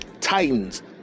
Titans